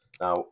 Now